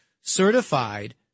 certified